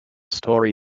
story